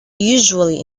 usually